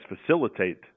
facilitate